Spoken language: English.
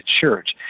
church